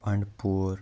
Bandipora